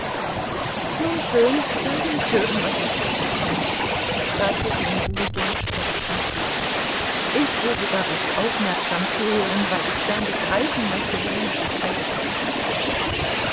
nun schön dann will ich hören was noch weiter kommt sagte sie in ruhigem spöttischem tone ich will sogar recht aufmerksam zuhören weil ich gern begreifen möchte worum es sich eigentlich handelt